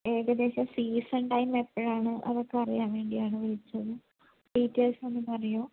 ഏകദേശം ഫീസും ടൈമും എപ്പോഴാണ് അതൊക്കെ അറിയാന് വേണ്ടിയാണ് വിളിച്ചത് ഡീറ്റെയിൽസൊന്നു പറയുമോ